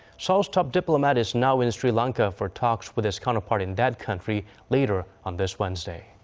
seoul's top diplomat is now in sri lanka for talks with his counterpart in that country later on this wednesday.